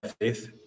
faith